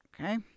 Okay